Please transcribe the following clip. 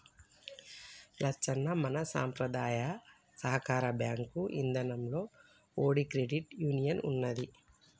లచ్చన్న మన సంపద్రాయ సాకార బాంకు ఇదానంలో ఓటి క్రెడిట్ యూనియన్ ఉన్నదీ